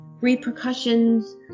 repercussions